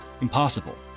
impossible